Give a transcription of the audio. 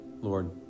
Lord